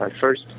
first